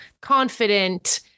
confident